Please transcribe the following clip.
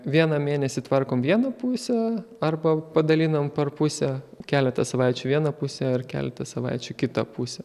vieną mėnesį tvarkom vieną pusę arba padalinam per pusę keletą savaičių vieną pusę ir keletą savaičių kitą pusę